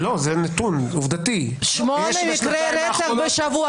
לא, זה נתון עובדתי --- שמונה מקרי רצח בשבוע.